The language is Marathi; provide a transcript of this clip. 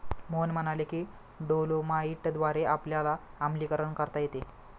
मोहन म्हणाले की डोलोमाईटद्वारे आपल्याला आम्लीकरण करता येते